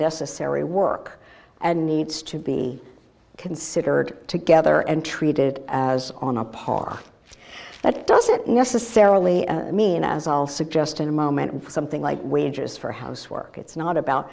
desiree work and needs to be considered together and treated as on a par that doesn't necessarily mean as i'll suggest in a moment something like wages for housework it's not about